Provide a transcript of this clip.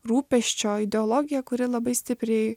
rūpesčio ideologiją kuri labai stipriai